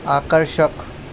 आकर्षक